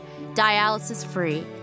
dialysis-free